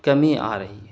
کمی آ رہی ہے